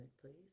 please